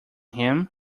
him